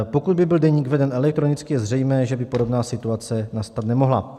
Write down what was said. Pokud by byl deník veden elektronicky, je zřejmé, že by podobná situace nastat nemohla.